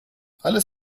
alles